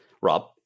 Rob